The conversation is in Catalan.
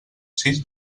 sis